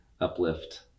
uplift